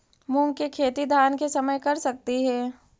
मुंग के खेती धान के समय कर सकती हे?